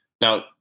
Now